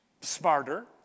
smarter